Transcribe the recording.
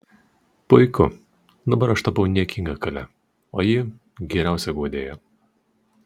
puiku dabar aš tapau niekinga kale o ji geriausia guodėja